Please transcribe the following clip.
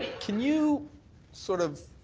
can you sort of